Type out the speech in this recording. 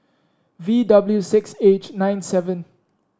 V W six H nine seven